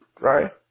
right